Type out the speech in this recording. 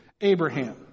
Abraham